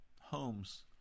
homes